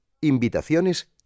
invitaciones